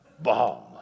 bomb